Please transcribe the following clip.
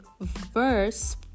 verse